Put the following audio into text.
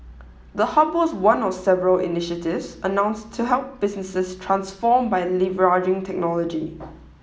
the hub was one of several initiatives announced to help businesses transform by leveraging technology